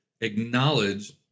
acknowledge